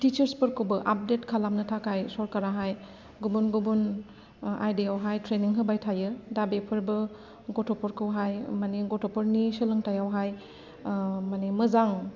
टिचार्सफोरखौबो update खालामनो थाखाय सरखाराहाय गुबुन गुबुन आयदायावहाइ ट्रेनिं होबाय थायो दा बेफोरबो गथ'फोरखौहाय माने गथ'फोरनि सोलोंथायावहाय माने मोजां